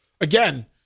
Again